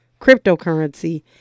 cryptocurrency